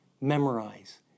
memorize